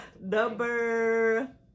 Number